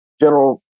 general